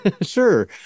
Sure